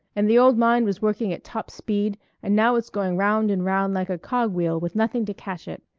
and the old mind was working at top speed and now it's going round and round like a cog-wheel with nothing to catch it.